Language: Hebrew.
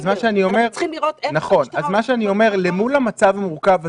אל מול המצב המורכב הזה,